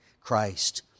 Christ